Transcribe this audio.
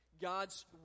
God's